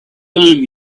time